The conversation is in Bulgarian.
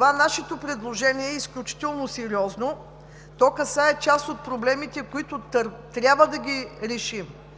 Нашето предложение е изключително сериозно. То касае част от проблемите, които трябва да решим,